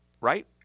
right